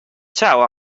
chao